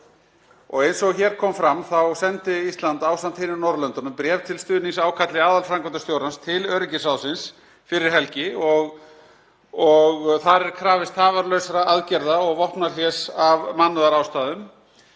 Eins og hér kom fram þá sendi Ísland ásamt hinum Norðurlöndunum bréf til stuðnings ákalli aðalframkvæmdastjórans til öryggisráðsins fyrir helgi og þar er krafist tafarlausra aðgerða og vopnahlés af mannúðarástæðum.